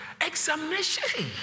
Examination